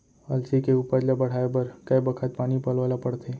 अलसी के उपज ला बढ़ए बर कय बखत पानी पलोय ल पड़थे?